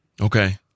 Okay